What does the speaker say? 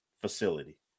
facility